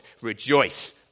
rejoice